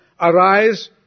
Arise